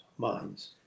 minds